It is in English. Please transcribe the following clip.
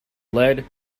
lead